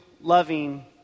loving